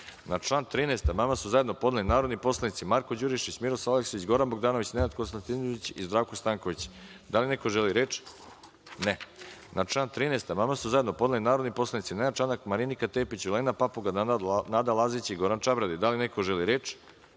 član 9. amandman su zajedno podneli narodni poslanici Marko Đurišić, Miroslav Aleksić, Goran Bogdanović, Nenad Konstantinović, Zdravko Stanković. Da li neko želi reč? (Ne.)Na član 9. amandman su zajedno podneli narodni poslanici Nenad Čanak, Marinika Tepić, Olena Papuga, Nada Lazić, Goran Čabradi. Da li neko želi reč?